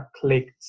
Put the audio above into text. clicked